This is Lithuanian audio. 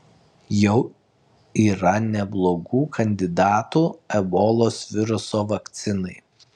jau yra neblogų kandidatų ebolos viruso vakcinai